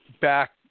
Back